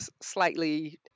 slightly